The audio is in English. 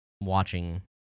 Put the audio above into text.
watching